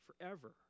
forever